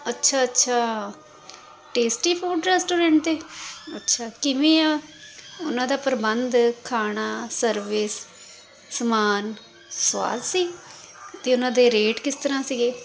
ਅੱਛਾ ਅੱਛਾ tasty food restaurant 'ਤੇ ਅੱਛਾ ਕਿਵੇਂ ਆ ਉਹਨਾਂ ਦਾ ਪ੍ਰਬੰਧ ਖਾਣਾ ਸਰਵਿਸ ਸਮਾਨ ਸੁਆਦ ਸੀ ਅਤੇ ਉਹਨਾਂ ਦੇ ਰੇਟ ਕਿਸ ਤਰ੍ਹਾਂ ਸੀਗੇ